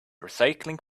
recycling